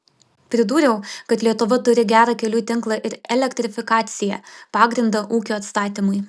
pridūriau kad lietuva turi gerą kelių tinklą ir elektrifikaciją pagrindą ūkio atstatymui